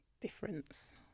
difference